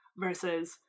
versus